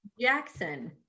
jackson